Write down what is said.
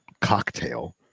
cocktail